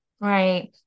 Right